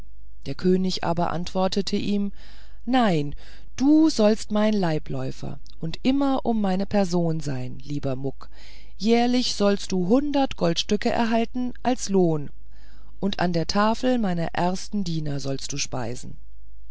der könig aber antwortete ihm nein du sollst mein leibläufer und immer um meine person sein lieber muck jährlich sollst du hundert goldstücke erhalten als lohn und an der tafel meiner ersten diener sollst du speisen